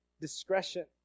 discretion